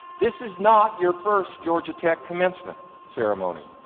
this is not your first georgia tech commencement ceremony.